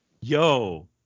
Yo